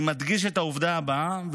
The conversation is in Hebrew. אני מדגיש את העובדה הבאה,